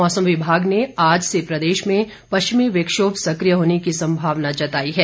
मौसम विभाग ने आज से प्रदेश में पश्चिमी विक्षोभ सक्रिय होने की संभावना जताई है